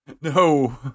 No